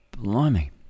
Blimey